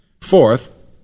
Fourth